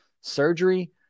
surgery